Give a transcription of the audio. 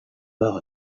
war